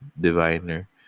diviner